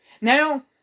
now